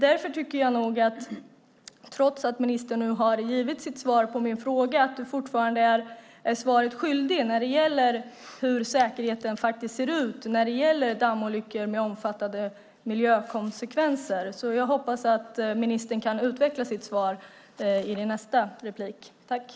Därför tycker jag, trots det svar ministern nu har gett på min fråga, att hon fortfarande är svaret skyldig när det gäller dammolyckor med omfattande miljökonsekvenser och säkerheten. Jag hoppas att ministern kan utveckla sitt svar i nästa inlägg.